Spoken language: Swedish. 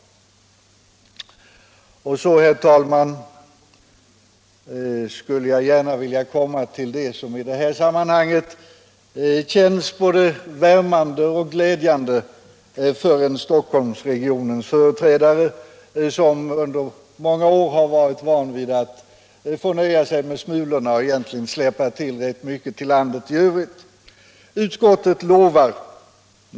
Så, herr talman, skulle jag gärna vilja komma till det som i detta sammanhang känns både värmande och glädjande för en Stockholmsregionens företrädare, som under många år har varit van vid att få nöja sig med smulor och egentligen släppa till rätt mycket till landet i övrigt.